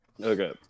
Okay